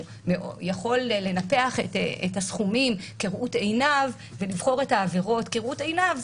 הוא יכול לנפח את הסכומים כראות עיניו ולבחור את העבירות כראות עיניו,